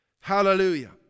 Hallelujah